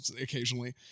occasionally